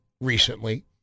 recently